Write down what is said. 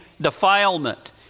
defilement